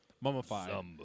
mummified